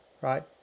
right